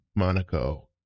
Monaco